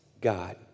God